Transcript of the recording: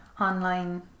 online